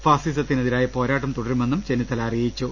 ഫാസിസത്തിനെതിരായ പോരാട്ടം തുടരുമെന്നും ചെന്നിത്തല അറിയിച്ചു